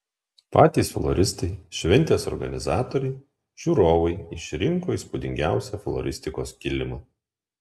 patys floristai šventės organizatoriai žiūrovai išrinko įspūdingiausią floristikos kilimą